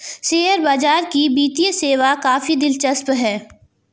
share बाजार की वित्तीय सेवा काफी दिलचस्प है